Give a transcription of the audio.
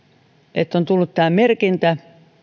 että on tullut tämä merkintä